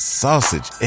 sausage